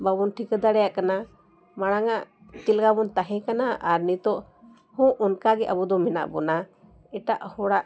ᱵᱟᱵᱚᱱ ᱴᱷᱤᱠᱟᱹ ᱫᱟᱲᱮᱭᱟᱜ ᱠᱟᱱᱟ ᱢᱟᱲᱟᱝᱟᱜ ᱪᱮᱫ ᱞᱮᱠᱟ ᱵᱚᱱ ᱛᱟᱦᱮᱸ ᱠᱟᱱᱟ ᱟᱨ ᱱᱤᱛᱚᱜ ᱦᱚᱸ ᱚᱱᱠᱟ ᱜᱮ ᱟᱵᱚ ᱫᱚ ᱢᱮᱱᱟᱜ ᱵᱚᱱᱟ ᱮᱴᱟᱜ ᱦᱚᱲᱟᱜ